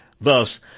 Thus